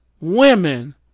women